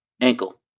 Ankle